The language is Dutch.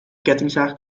kettingzaag